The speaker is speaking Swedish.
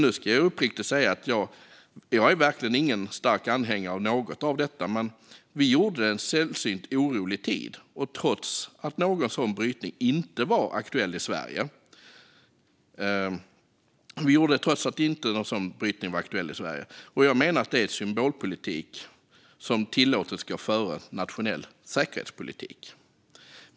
Nu ska jag uppriktigt säga att jag verkligen inte är en stark anhängare av något av detta, men vi gjorde det i en sällsynt orolig tid och trots att någon sådan brytning inte var aktuell i Sverige. Jag menar att det är symbolpolitik som tillåtits gå före nationell säkerhetspolitik.